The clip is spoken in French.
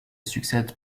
succèdent